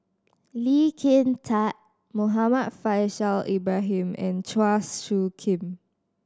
Lee Kin Tat Muhammad Faishal Ibrahim and Chua Soo Khim